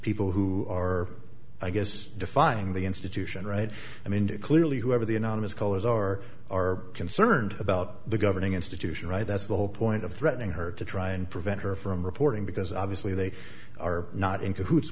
people who are i guess defying the institution right i mean clearly whoever the unanimous colors are are concerned about the governing institution right that's the whole point of threatening her to try and prevent her from reporting because obviously they are not in